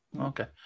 Okay